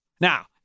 Now